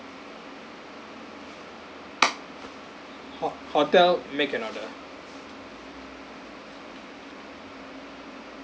ho~ hotel make an order